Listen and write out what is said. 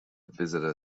visitor